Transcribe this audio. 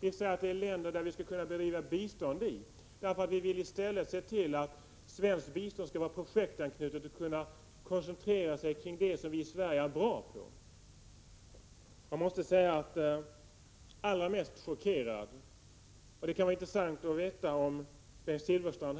Vi menar att det är länder som vi skulle kunna bedriva biståndsverksamhet i. Vi vill att svenskt bistånd skall vara projektanknutet och kunna koncentreras till det som vi i Sverige är bra på. Allra mest chockerande är när Bengt Silfverstrand